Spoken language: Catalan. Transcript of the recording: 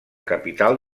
capital